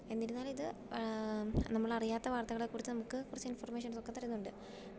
എന്നിരുന്നാലും ഇത് നമ്മളറിയാത്ത വർത്തകളെക്കുറിച്ച് നമുക്ക് കുറച്ച് ഇൻഫൊർമേഷൻസൊക്കെ തരുന്നുണ്ട്